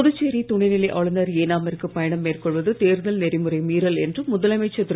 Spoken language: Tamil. புதுச்சேரி துணைநிலை ஆளுநர் ஏனாமிற்கு பயணம் மேற்கொள்வது தேர்தல் நெறிமுறை மீறல் என்று முதலமைச்சர் திரு